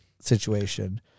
situation